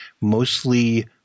mostly